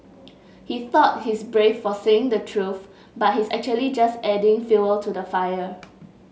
he thought he's brave for saying the truth but he's actually just adding fuel to the fire